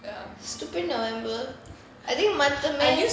stupid november I think மத்த:matha